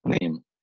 name